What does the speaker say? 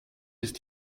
ist